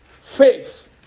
Faith